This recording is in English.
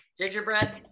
Gingerbread